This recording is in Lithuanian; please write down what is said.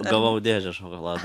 gavau dėžę šokolado